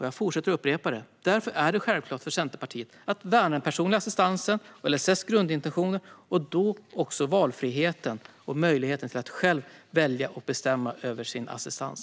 Jag fortsätter att upprepa detta: Därför är det självklart för Centerpartiet att värna den personliga assistansen och LSS grundintentioner och då också valfriheten och möjligheten att själv välja och bestämma över sin assistans.